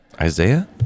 Isaiah